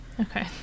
Okay